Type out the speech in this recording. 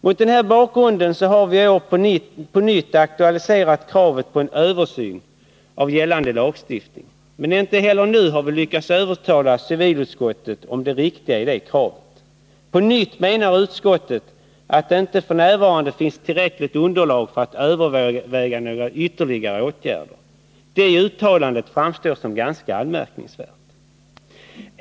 Mot den här bakgrunden har vi i år på nytt aktualiserat kravet på en översyn av gällande lagstiftning. Men inte heller nu har vi lyckats övertyga civilutskottet om det riktiga i det kravet. På nytt menar utskottet att det f. n. inte finns tillräckligt underlag för att överväga några ytterligare åtgärder. Det uttalandet framstår som ganska anmärkningsvärt.